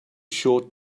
short